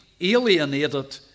alienated